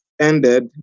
ended